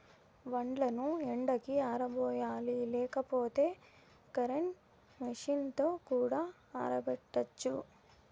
వడ్లను ఎండకి ఆరబోయాలి లేకపోతే కరెంట్ మెషీన్ తో కూడా ఆరబెట్టచ్చు